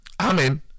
Amen